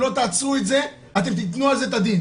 אם לא תעצרו את זה, אתם תתנו על זה את הדין.